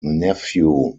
nephew